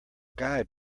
guide